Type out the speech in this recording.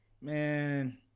man